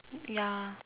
ya